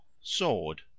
Sword